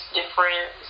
different